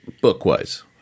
book-wise